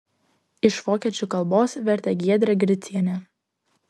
iš vokiečių kalbos vertė giedrė gricienė